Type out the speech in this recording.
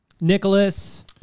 Nicholas